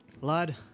lad